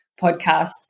podcasts